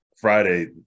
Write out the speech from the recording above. Friday